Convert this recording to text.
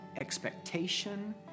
expectation